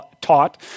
taught